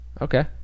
Okay